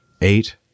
eight